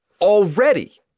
already